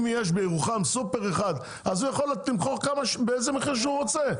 אם יש בירוחם סופר אחד אז הוא יכול למכור באיזה מחיר שהוא רוצה,